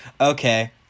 Okay